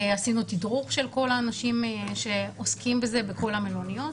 עשינו תדרוך לכל האנשים שעוסקים בזה בכל המלוניות.